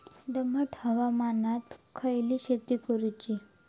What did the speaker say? दमट हवामानात खयली शेती करूची?